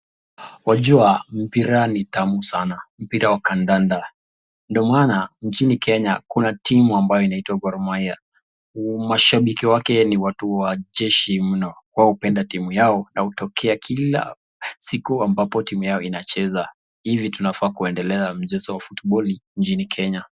Wajua mpira ni tamu sana, Mpira Wa kandanda , ndo maana nchini Kenya , Kuna timu ambayo inaitwa Gormahiya . Mashababiki wake ni watu wacheshi mno , wao upenda yao na utokea Kila siku ambako timu yao inacheza hivo tunaweza kuendelea na mchezo wa futiboli nchini Kenya.